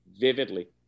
vividly